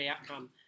outcome